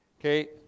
Okay